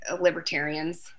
libertarians